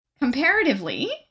Comparatively